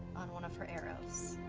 on one of her arrows.